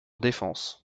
défense